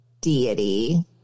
deity